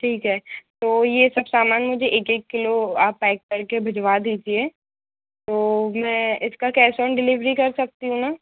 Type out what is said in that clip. ठीक है तो ये सब सामान मुझे एक एक किलो आप पैक कर के भिजवा दीजिए तो मैं इसका कैश ऑन डिलीवरी कर सकती हूँ ना